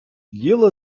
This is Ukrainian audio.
діло